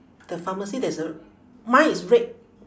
the pharmacy there's a mine is red